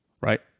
Right